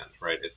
right